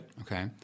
okay